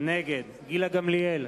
נגד גילה גמליאל,